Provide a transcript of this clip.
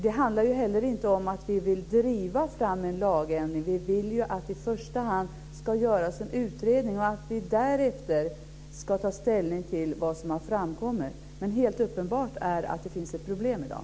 Det handlar inte heller om att vi vill driva fram en lagändring. Vi vill i första hand att det ska göras en utredning och att det därefter ska tas ställning till vad som har framkommit. Men helt uppenbart är att det finns problem i dag.